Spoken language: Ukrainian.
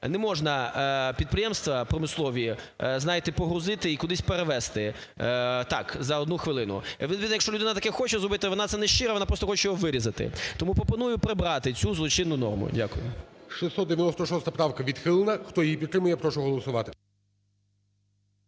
Не можна підприємства промислові, знаєте, погрузити і кудись перевезти так, за одну хвилину. Відповідно, якщо таке хоче зробити, вона це не щиро, вона просто хоче його вирізати. Тому пропоную прибрати цю злочинну норму. Дякую. ГОЛОВУЮЧИЙ. 696 правка відхилена. Хто її підтримує, прошу голосувати.